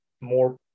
more